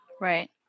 Right